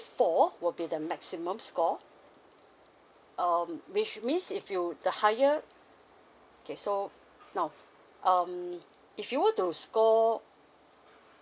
four will be the maximum score um which means if you the higher okay so now um if you were to score